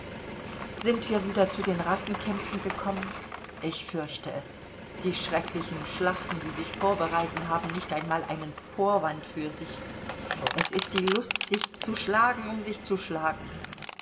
sind wir wieder zu den rassenkämpfen gekommen ich fürchte es die schrecklichen schlachten die sich vorbereiten haben nicht einmal einen vorwand für sich es ist die lust sich zu schlagen um sich zu schlagen